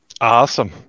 awesome